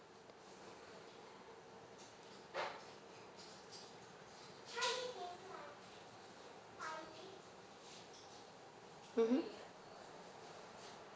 mmhmm